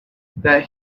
that